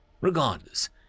Regardless